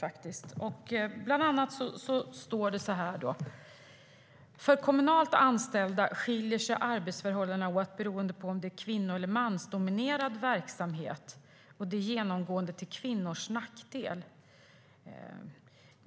Där sägs bland annat att för kommunalt anställda skiljer sig arbetsförhållandena åt beroende på om det är en kvinno eller mansdominerad verksamhet, och det är genomgående till kvinnors nackdel.